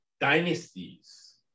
Dynasties